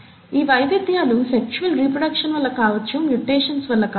ఈ వైవిధ్యాలు sexual reproduction వల్ల కావచ్చు మ్యుటేషన్స్ వల్ల కావచ్చు